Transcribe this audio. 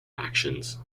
actions